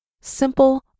simple